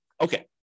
Okay